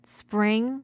spring